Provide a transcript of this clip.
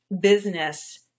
business